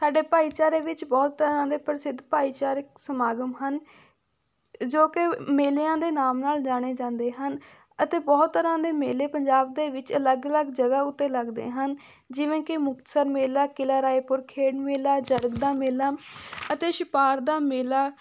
ਸਾਡੇ ਭਾਈਚਾਰੇ ਵਿੱਚ ਬਹੁਤ ਤਰ੍ਹਾਂ ਦੇ ਪ੍ਰਸਿੱਧ ਭਾਈਚਾਰਕ ਸਮਾਗਮ ਹਨ ਜੋ ਕਿ ਮੇਲਿਆਂ ਦੇ ਨਾਮ ਨਾਲ ਜਾਣੇ ਜਾਂਦੇ ਹਨ ਅਤੇ ਬਹੁਤ ਤਰ੍ਹਾਂ ਦੇ ਮੇਲੇ ਪੰਜਾਬ ਦੇ ਵਿੱਚ ਅਲੱਗ ਅਲੱਗ ਜਗ੍ਹਾ ਉੱਤੇ ਲੱਗਦੇ ਹਨ ਜਿਵੇਂ ਕਿ ਮੁਕਤਸਰ ਮੇਲਾ ਕਿਲਾ ਰਾਏਪੁਰ ਖੇਡ ਮੇਲਾ ਜਰਗ ਦਾ ਮੇਲਾ ਅਤੇ ਛਪਾਰ ਦਾ ਮੇਲਾ